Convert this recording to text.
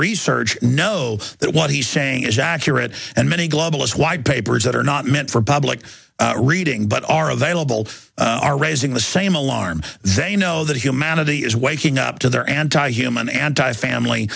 research know that what he's saying is accurate and many globalist white papers that are not meant for public reading but are available are raising the same alarm they know that humanity is waking up to their anti human anti family